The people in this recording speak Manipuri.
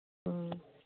ꯎꯝ